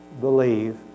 believe